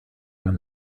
run